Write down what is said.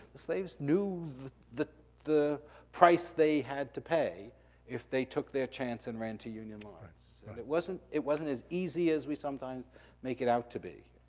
the slaves knew that the price they had to pay if they took their chance and ran to union lines. and it wasn't it wasn't as easy as we sometimes make it out to be.